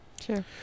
Sure